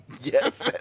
Yes